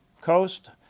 coast